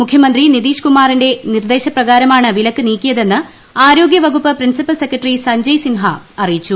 മുഖ്യമന്ത്രിട്ട് നിതീഷ് കുമാറിന്റെ നിർദ്ദേശപ്രകാരമാണ് വിലക്ക് നീക്കിയതെന്ന് ആരോഗ്യ വകുപ്പ് പ്രിൻസിപ്പൽ സെക്രട്ടറി സഞ്ചയ് സിൻഹ അറിയിച്ചു